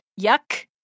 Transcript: yuck